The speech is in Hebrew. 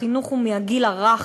החינוך הוא מהגיל הרך,